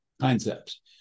concepts